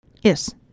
Yes